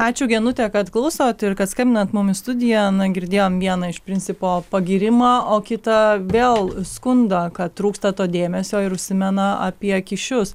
ačiū genute kad klausot ir kad skambinant mum į studiją na girdėjom vieną iš principo pagyrimą o kitą vėl skundą kad trūksta to dėmesio ir užsimena apie kyšius